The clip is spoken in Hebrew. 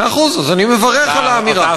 מאה אחוז, אז אני מברך על האמירה.